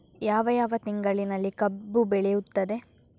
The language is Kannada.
ಯಾವ ಯಾವ ತಿಂಗಳಿನಲ್ಲಿ ಕಬ್ಬು ಬೆಳೆಯುತ್ತದೆ?